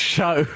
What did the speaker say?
Show